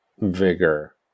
vigor